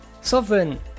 Sovereign